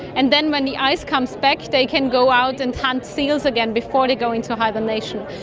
and then when the ice comes back they can go out and hunt seals again before they go into hibernation.